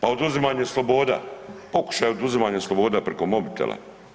Pa oduzimanje sloboda, pokušaj oduzimanje sloboda preko mobitela.